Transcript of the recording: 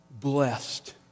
blessed